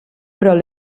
però